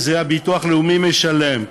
הביטוח הלאומי משלם,